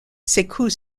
s’écoule